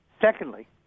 Secondly